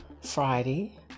Friday